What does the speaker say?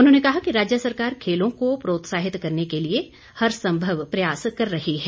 उन्होंने कहा कि राज्य सरकार खेलों को प्रोत्साहित करने के लिए हरसंभव प्रयास कर रही है